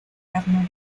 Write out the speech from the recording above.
carnaval